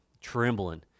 trembling